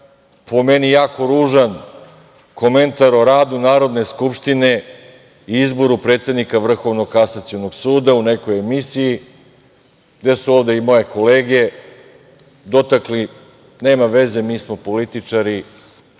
po meni jako ružan komentar o radu Narodne skupštine i izboru predsednika Vrhovnog kasacionog suda u nekoj emisiji gde su ovde i moje kolege dotakli – nema veze, mi smo političari,